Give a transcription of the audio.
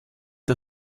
der